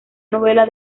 novela